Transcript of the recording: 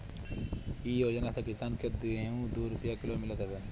इ योजना से किसान के गेंहू दू रूपिया किलो मितल हवे